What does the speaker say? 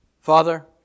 Father